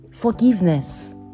Forgiveness